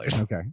Okay